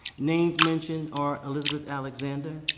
names mentioned are elizabeth alexander,